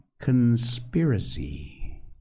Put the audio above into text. conspiracy